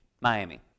Miami